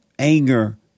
anger